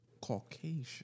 Caucasian